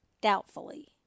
doubtfully